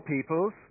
peoples